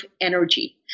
energy